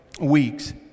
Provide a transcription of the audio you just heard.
weeks